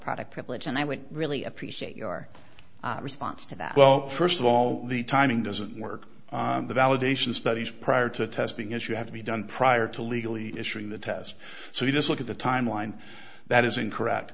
product privilege and i would really appreciate your response to that well first of all the timing doesn't work the validation studies prior to testing is you have to be done prior to legally issuing the test so you just look at the time line that is incorrect